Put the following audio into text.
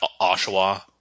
Oshawa